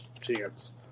chance